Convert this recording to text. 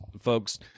folks